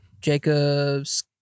Jacobs